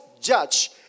judge